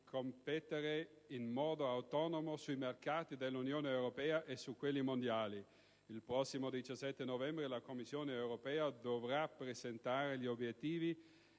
competere in modo autonomo sui mercati dell'Unione europea e su quelli mondiali. Il prossimo 17 novembre la Commissione europea dovrà presentare gli obiettivi